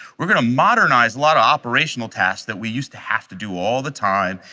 we're going to modernize lot operational tasks that we used to have to do all the time,